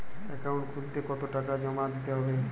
Account খুলতে কতো টাকা জমা দিতে হবে?